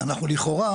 אנחנו לכאורה,